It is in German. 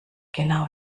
genau